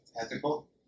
Ethical